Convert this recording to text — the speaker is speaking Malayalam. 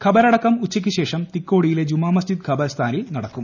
ഖബറടക്കം ഉച്ചയ്ക്കുശേഷം തിക്കോടിയിലെ ജുമാ മസ്ജിദ് ഖബർ സ്ഥാനിൽ നടക്കും